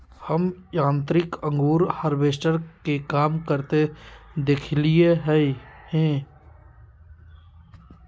हम यांत्रिक अंगूर हार्वेस्टर के काम करते देखलिए हें